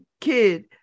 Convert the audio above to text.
kid